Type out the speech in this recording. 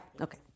Okay